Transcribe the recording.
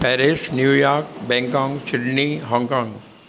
Paris New York Bangkok Sydney Hong Kong